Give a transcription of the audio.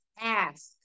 ask